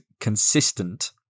consistent